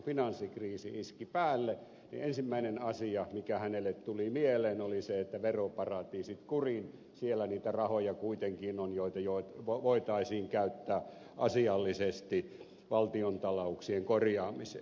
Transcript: kun finanssikriisi iski päälle niin ensimmäinen asia mikä hänelle tuli mieleen oli se että veroparatiisit kuriin siellä niitä rahoja kuitenkin on joita voitaisiin käyttää asiallisesti valtiontalouksien korjaamiseen